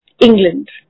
England